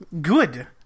good